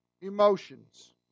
emotions